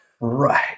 right